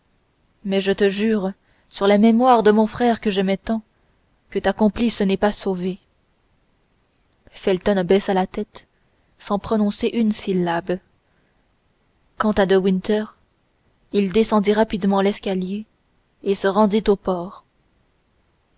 mais je te jure sur la mémoire de mon frère que j'aimais tant que ta complice n'est pas sauvée felton baissa la tête sans prononcer une syllabe quant à de winter il descendit rapidement l'escalier et se rendit au port